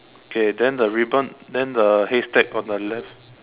okay then the ribbon then the haystack on the left